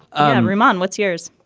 i'm reminded what's yours.